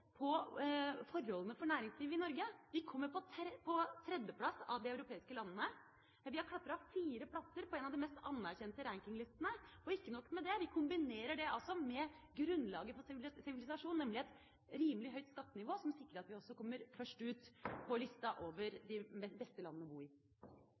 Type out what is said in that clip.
på forholdene for næringslivet i Norge? Vi kommer på tredje plass av de europeiske landene. Vi har klatret fire plasser på en av de mest anerkjente rankinglistene, og ikke nok med det, vi kombinerer det altså med grunnlaget for sivilisasjon, nemlig et rimelig høyt skattenivå som sikrer at vi også kommer først ut på lista over de beste landene å bo i.